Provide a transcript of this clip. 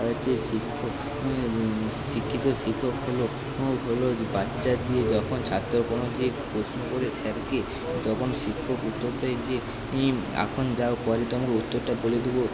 আর হচ্ছে শিক্ষক শিক্ষিত শিক্ষক হল হল বাচ্চা গিয়ে যখন ছাত্র কোনো যে প্রশ্ন করে স্যারকে তখন শিক্ষক উত্তর দেয় যে এখন যাও পরে তোমাকে উত্তরটা বলে দেব